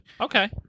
Okay